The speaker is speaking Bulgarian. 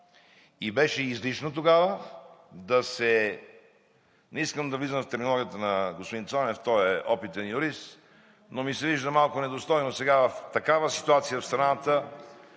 Беше излишно тогава да се – не искам да влизам в терминологията на господин Цонев, той е опитен юрист, но ми се вижда малко недостойно сега, в такава ситуация в страната,